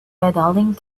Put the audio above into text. medaling